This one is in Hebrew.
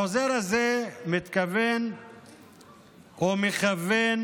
החוזר הזה מתכוון או מכוון